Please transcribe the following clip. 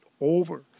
over